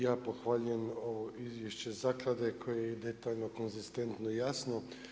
Ja pohvaljujem ovo Izvješće zaklade koje je detaljno, konzistentno i jasno.